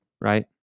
right